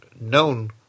known